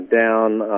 down